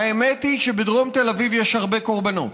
האמת היא שבדרום תל אביב יש הרבה קורבנות,